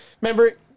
Remember